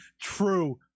true